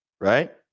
right